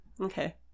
Okay